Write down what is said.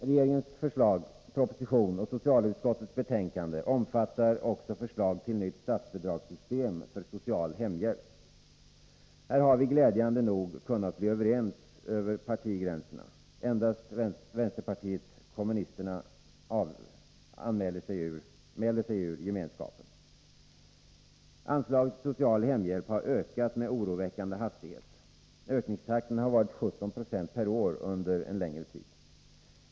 Regeringens proposition och socialutskottets betänkande omfattar också förslag till nytt statsbidragssystem för social hemhjälp. Här har vi glädjande nog kunnat bli överens över partigränserna. Endast vänsterpartiet kommunisterna mäler sig ur gemenskapen. Anslaget till social hemhjälp har ökat med oroväckande hastighet. Ökningstakten har varit 17 Yo per år under en längre tid.